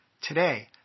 Today